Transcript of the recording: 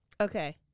Okay